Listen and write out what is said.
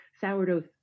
sourdough